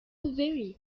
very